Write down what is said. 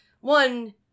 one